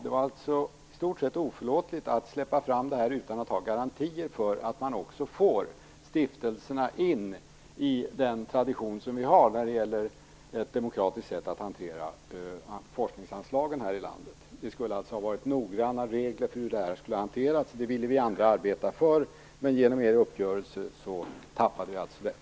Det var i stort sett oförlåtligt att släppa fram det här utan att ha garantier för att man också får in stiftelserna i den tradition som vi har när det gäller att hantera forskningsanslagen här i landet på ett demokratiskt sätt. Det skulle ha funnits noggranna regler för hur det här skall hanteras. Detta ville vi andra arbeta för, men genom er uppgörelse tappade vi allt detta.